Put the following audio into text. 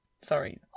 Sorry